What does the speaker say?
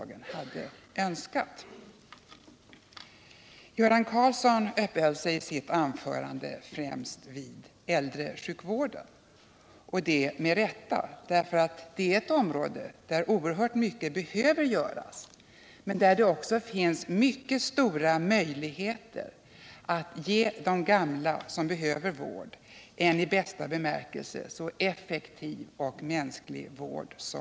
Göran Karlsson uppehöll sig i sitt anförande främst vid äldresjukvården och det med rätta. Det är ett område där oerhört mycket behöver göras men där det också finns mycket stora möjligheter att ge de gamla som behöver vård en i bästa bemärkelse effektiv och mänsklig vård.